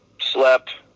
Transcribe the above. slept